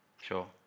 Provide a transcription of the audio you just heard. Sure